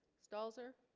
stalls er